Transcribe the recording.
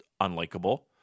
unlikable